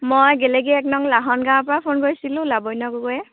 মই গেলেকী এক নং লাহন গাঁৱৰপৰা ফোন কৰিছিলোঁ লাভণ্য গগৈয়ে